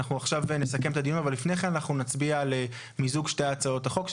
אנחנו נצביע על מיזוג שתי הצעות החוק.